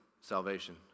salvation